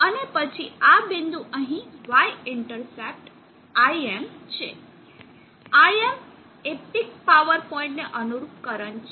અને પછી આ બિંદુ અહીં Y ઇન્ટરસેપ્ટ Im છે Im એ પીક પાવર પોઇન્ટ ને અનુરૂપ કરંટ છે